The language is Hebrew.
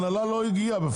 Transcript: ההנהלה אפילו לא הגיעה.